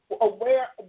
aware